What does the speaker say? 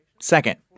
Second